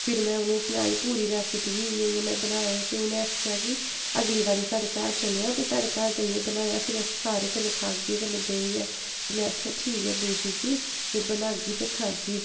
फिर में उ'नें ई सनाई पूरी रैसपी इ'यां इ'यां में बनाए ते उ'नें आखेआ कि अगली बारी साढ़े घर चलेआं ते साढ़े घर जाइयै बनायां फिर अस सारे कन्नै खागे कन्नै बेहियै ते में आखेआ ठीक ऐ बूजी जी में बनागी ते खागी